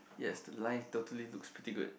yes the line totally looks pretty good